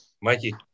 Mikey